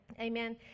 amen